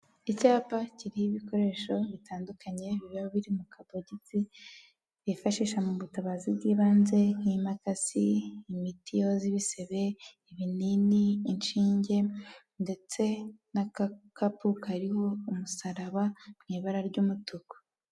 Icyapa kiriho ibikoresho bitandukanye biba biri mu kabogisi bifashisha mu butabazi bw'ibanze nk'imakasi, imiti yoza ibisebe, ibinini, inshinge ndetse n'agakapu kariho umusaraba mu ibara ry'umutuku.